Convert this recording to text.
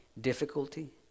difficulty